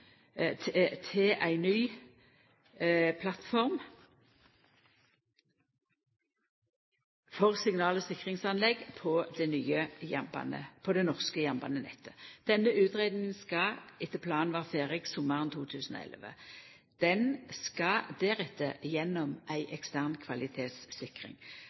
å laga ei konseptvalutgreiing for overgang til ein ny plattform for signal- og sikringsanlegg på det norske jernbanenettet. Denne utgreiinga skal etter planen vera ferdig sommaren 2011 og skal deretter gjennom ei ekstern kvalitetssikring.